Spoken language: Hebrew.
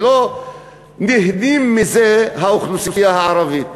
ולא נהנית מזה האוכלוסייה הערבית.